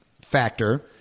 factor